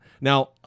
Now